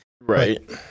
Right